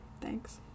Thanks